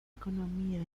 economía